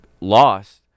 lost